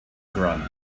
grunt